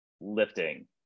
lifting